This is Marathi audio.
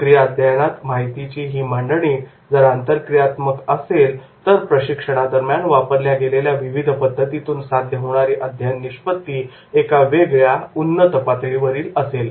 सक्रिय अध्ययनात माहितीची ही मांडणी जर आंतरक्रियात्मक असेल तर प्रशिक्षणादरम्यान वापरल्या गेलेल्या विविध पद्धतीमधून साध्य होणारी अध्ययन निष्पत्ती एका वेगळ्या उन्नत स्तरावरील असेल